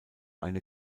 eine